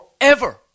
forever